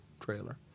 trailer